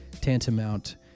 tantamount